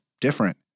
different